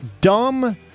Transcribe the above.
dumb